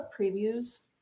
previews